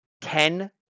ten